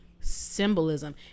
symbolism